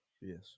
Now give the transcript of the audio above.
Yes